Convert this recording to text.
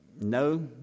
no